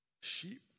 Sheep